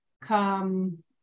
come